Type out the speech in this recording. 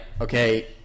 Okay